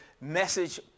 message